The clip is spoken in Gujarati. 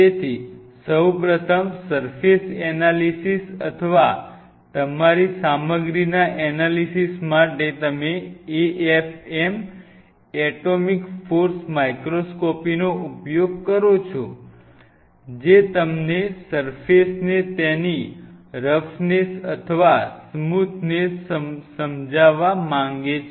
તેથી સૌપ્રથમ સર્ફેસ એનાલિસિસ અથવા તમારી સામગ્રીના એનાલિસિસ માટે તમે AFM એટોમિક ફોર્સ માઇક્રોસ્કોપીનો ઉપયોગ કરો છો જે તમને સર્ફેસને તેની રફનેસ અથવા સ્મૂથનેસ સમજાવવા માગે છે